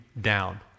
down